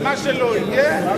מה שלא יהיה,